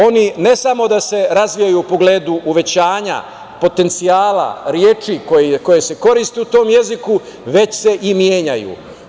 Oni ne samo da se razvijaju u pogledu uvećanja potencijala reči koje se koriste u tom jeziku, već se i menjaju.